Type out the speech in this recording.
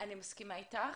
אני מסכימה איתך.